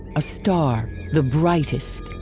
a star, the brightest,